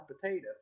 potato